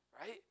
right